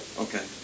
Okay